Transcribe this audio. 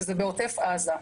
שזה בעוטף עזה.